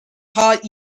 taught